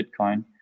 Bitcoin